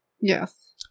Yes